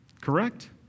Correct